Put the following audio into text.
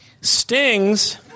stings